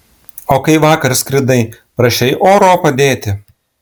o kai vakar skridai prašei oro padėti